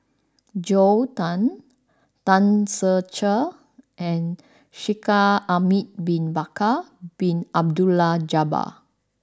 Joel Tan Tan Ser Cher and Shaikh Ahmad bin Bakar Bin Abdullah Jabbar